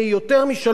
ועבר דרך,